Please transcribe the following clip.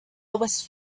was